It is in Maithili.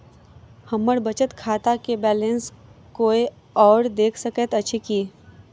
हम्मर बचत खाता केँ बैलेंस कोय आओर देख सकैत अछि की